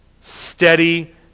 steady